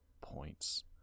points